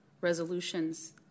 resolutions